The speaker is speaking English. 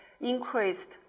increased